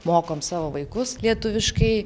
mokam savo vaikus lietuviškai